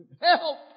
Help